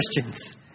Christians